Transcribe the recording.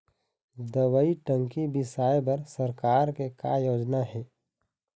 दवई टंकी बिसाए बर सरकार के का योजना हे?